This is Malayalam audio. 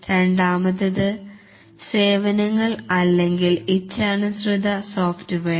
രണ്ടാമത്തേത് സേവനങ്ങൾ അല്ലെങ്കിൽ ഇച്ഛാനുസൃത സോഫ്റ്റ്വെയർ